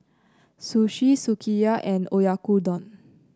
Sushi Sukiyaki and Oyakodon